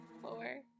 Four